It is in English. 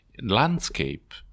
landscape